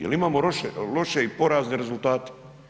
Jel imamo loše i porazne rezultate.